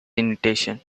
invitation